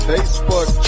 Facebook